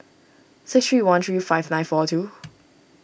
six three one three five nine four two